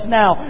now